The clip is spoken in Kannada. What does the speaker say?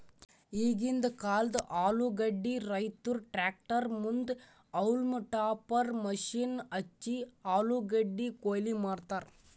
ಈಗಿಂದ್ ಕಾಲ್ದ ಆಲೂಗಡ್ಡಿ ರೈತುರ್ ಟ್ರ್ಯಾಕ್ಟರ್ ಮುಂದ್ ಹೌಲ್ಮ್ ಟಾಪರ್ ಮಷೀನ್ ಹಚ್ಚಿ ಆಲೂಗಡ್ಡಿ ಕೊಯ್ಲಿ ಮಾಡ್ತರ್